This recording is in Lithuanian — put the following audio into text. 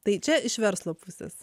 tai čia iš verslo pusės